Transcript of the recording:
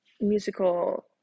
musical